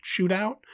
shootout